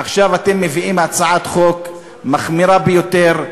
עכשיו אתם מביאים הצעת חוק מחמירה ביותר,